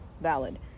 Valid